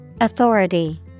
Authority